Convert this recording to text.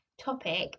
topic